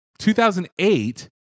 2008